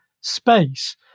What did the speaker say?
space